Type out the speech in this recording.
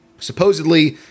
supposedly